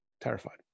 terrified